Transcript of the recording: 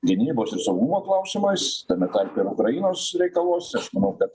gynybos ir saugumo klausimais tame tarpe ukrainos reikaluose aš manau kad